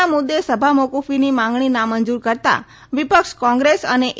ના મુદ્દે સભા મોકૂફીની માંગણી નામંજુર કરતાં વિપક્ષ કોંગ્રેસ અને એ